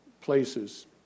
places